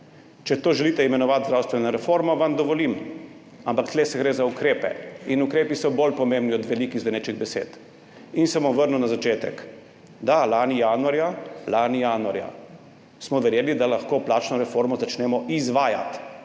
Če to želite imenovati zdravstvena reforma, vam dovolim. Ampak tu gre za ukrepe in ukrepi so bolj pomembni od velikih, zvenečih besed. Vrnil se bom na začetek. Da, lani januarja, lani januarja smo verjeli, da lahko plačno reformo začnemo izvajati